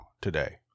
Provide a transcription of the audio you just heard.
today